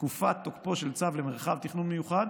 תקופת תוקפו של צו למרחב תכנון מיוחד